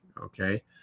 okay